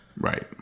Right